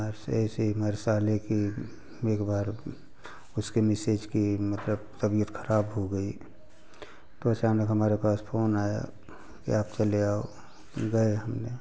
ऐसे ऐसे ही हमारे साले की एक बार उसके मिसेज की मतलब तबियत खराब हो गई तो अचानक हमारे पास फोन आया कि आप चले आओ गए हमने